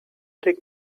take